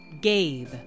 Gabe